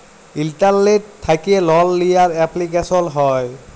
ইলটারলেট্ থ্যাকে লল লিয়ার এপলিকেশল হ্যয়